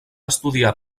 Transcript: estudiar